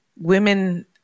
women